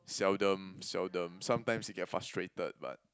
seldom seldom sometimes he get frustrated but